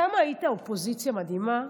היית אופוזיציה כל כך מדהימה,